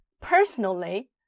personally